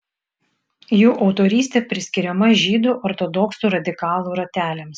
jų autorystė priskiriama žydų ortodoksų radikalų rateliams